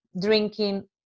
drinking